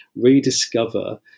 rediscover